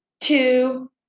two